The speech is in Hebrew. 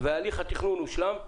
והליך התכנון הושלם,